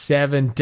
Seven